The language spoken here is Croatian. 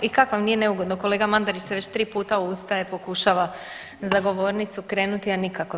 I kak' vam nije neugodno, kolega Mandarić se već tri puta ustaje, pokušava za govornicu krenuti a nikako.